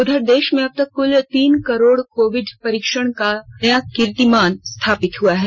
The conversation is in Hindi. उधर देश में अब तक कृल तीन करोड़ कोविड परीक्षण करने का नया कीर्तिमान स्थापित हुआ है